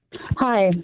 Hi